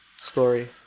story